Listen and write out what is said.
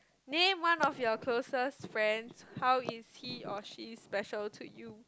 name one of your closest friends how is he or she special to you